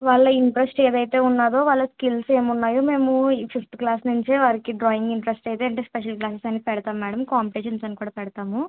వాళ్ళ ఇంట్రస్ట్ ఏదైతే ఉన్నదో వాళ్ళ స్కిల్స్ ఏమి ఉన్నాయో మేము ఈ ఫిఫ్త్ క్లాస్ నుంచి వారికి డ్రాయింగ్ ఇంట్రెస్ట్ అయితే దీనికి స్పెషల్ క్లాసెస్ అని పెడతాము మేడం కాంపిటేషన్స్ అని కూడా పెడతాము